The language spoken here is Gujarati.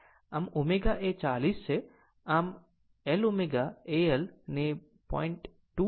આમ ω એ 40 છે આમ એક L ω a L ને 0